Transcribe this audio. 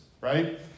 right